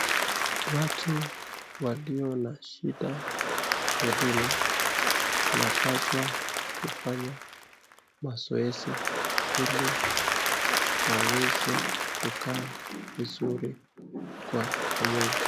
Watu walio na shida mwilini wanapaswa kufanya mazoezi ili waweze kukaa vizuri kwa kimwili.